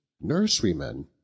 nurserymen